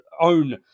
own